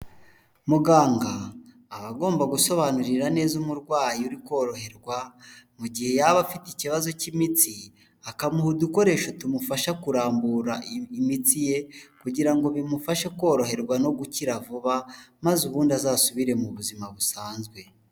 Muganga aba agomba gusobanurira neza umurwayi uri koroherwa, mu gihe yaba afite ikibazo cy'imiti akamuha udukoresho tumufasha kurambura imitsi ye, kugira ngo bimufashe koroherwa no gukira vuba maze ubundi azasubire mu buzima busanzwe.